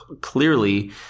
clearly